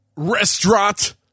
restaurant